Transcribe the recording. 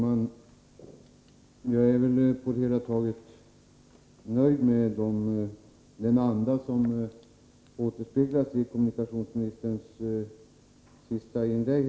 Fru talman! På det hela taget är jag nöjd med den anda som präglar kommunikationsministerns senaste inlägg.